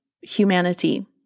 humanity